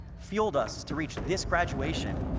fueled us to reach this graduation,